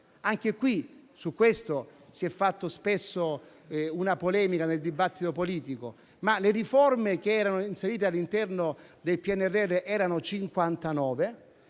Anche su questo si è fatta spesso una polemica nel dibattito politico, ma le riforme che erano inserite all'interno del PNRR erano 59.